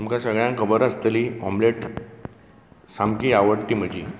आमकां सगळ्यांक खबर आसतली ऑमलेट सामकी आवडटी म्हजी